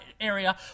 area